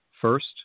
First